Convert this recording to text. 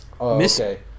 okay